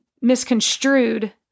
misconstrued